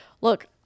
look